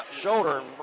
shoulder